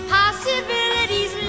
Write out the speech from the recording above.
possibilities